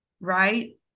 right